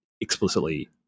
explicitly